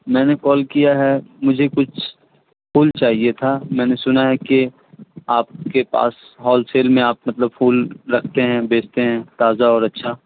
میں نے کال کیا ہے مجھے کچھ پھول چاہیے تھا میں نے سنا ہے کہ آپ کے پاس ہول سیل میں آپ مطلب پھول رکھتے ہیں بیچتے ہیں تازہ اور اچھا